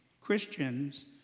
Christians